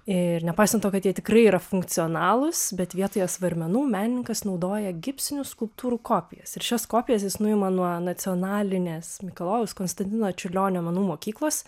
ir nepaisant to kad jie tikrai yra funkcionalūs bet vietoje svarmenų menininkas naudoja gipsinių skulptūrų kopijas ir šias kopijas jis nuima nuo nacionalinės mikalojaus konstantino čiurlionio menų mokyklos